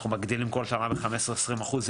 אנחנו מגדילים בכל שנה ב-15-20 אחוז,